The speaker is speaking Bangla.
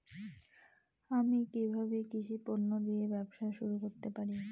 আমি কিভাবে কৃষি পণ্য দিয়ে ব্যবসা শুরু করতে পারি?